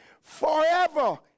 forever